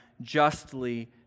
justly